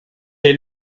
est